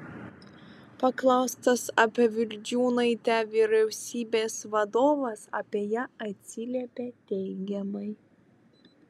paklaustas apie vildžiūnaitę vyriausybės vadovas apie ją atsiliepė teigiamai